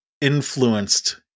influenced